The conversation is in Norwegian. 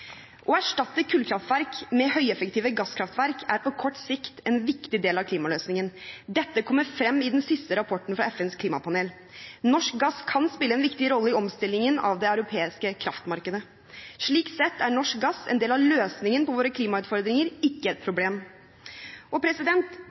Å erstatte kullkraftverk med høyeffektive gasskraftverk er på kort sikt en viktig del av klimaløsningen. Dette kommer frem i den siste rapporten fra FNs klimapanel. Norsk gass kan spille en viktig rolle i omstillingen av det europeiske kraftmarkedet. Slik sett er norsk gass en del av løsningen på våre klimautfordringer, ikke et